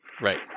Right